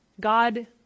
God